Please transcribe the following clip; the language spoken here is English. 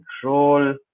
control